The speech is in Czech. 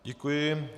Děkuji.